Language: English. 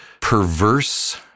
perverse